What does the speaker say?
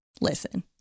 listen